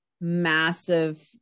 massive